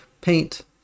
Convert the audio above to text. paint